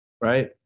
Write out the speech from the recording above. right